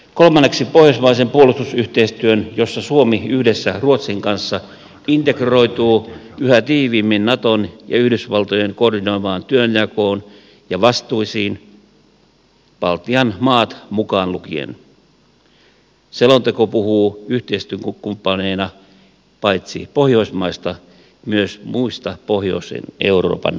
kolmanneksi pohjoismaisessa puolustusyhteistyössä jossa suomi yhdessä ruotsin kanssa integroituu yhä tiiviimmin naton ja yhdysvaltojen koordinoimaan työnjakoon ja vastuisiin baltian maat mukaan lukien selonteko puhuu yhteistyökumppaneina paitsi pohjoismaista myös muista pohjoisen euroopan maista